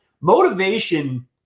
Motivation